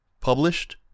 published